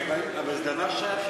אבל זה דבר ששייך אליו,